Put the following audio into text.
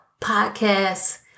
podcasts